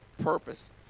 purpose